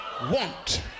want